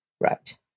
Right